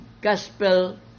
gospel